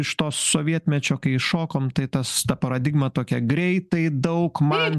iš to sovietmečio kai šokom tai tas ta paradigma tokia greitai daug man